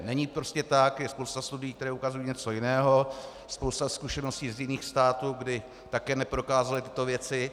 Není to prostě tak, je spousta studií, které ukazují něco jiného, spousta zkušeností z jiných států, kdy také neprokázali tyto věci.